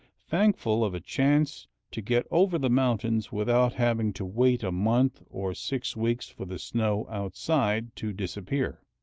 thankful of a chance to get over the mountains without having to wait a month or six weeks for the snow outside to disappear.